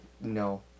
no